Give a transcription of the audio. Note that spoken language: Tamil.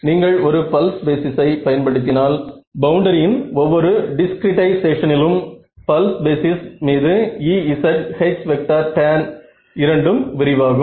நீங்கள் ஒரு பல்ஸ் பேசிஸ் ஐ பயன்படுத்தினால் பவுண்டரியின் ஒவ்வொரு டிஸ்க்ரீடைசேஷனிலும் பல்ஸ் பேசிஸ் மீது Ez Htan இரண்டும் விரிவாகும்